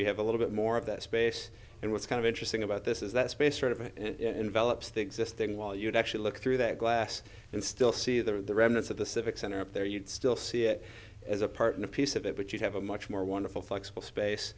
you have a little bit more of that space and what's kind of interesting about this is that space sort of it envelops the existing well you'd actually look through that glass and still see the remnants of the civic center up there you'd still see it as a partner piece of it but you have a much more wonderful flexible space